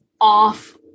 off